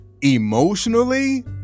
emotionally